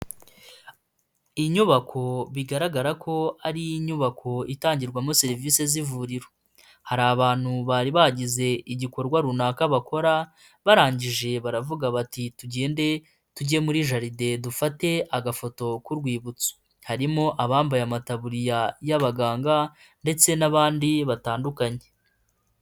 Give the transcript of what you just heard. Inyubako bigaragara ko ari inyubako itangirwamo serivise z'ivuriro. Hari abantu bari bagize igikorwa runaka bakora barangije baravuga bati tugende tujye muri jaride dufate agafoto k'urwibutso, harimo abambaye amataburiya y'abaganga ndetse n'abandi batandukanye.